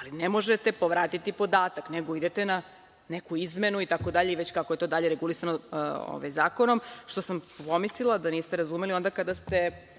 Ali, ne možete povratiti podatak, nego idete na neku izmenu itd, kako je to već regulisano zakonom, što sam pomislila da niste razumeli onda kada ste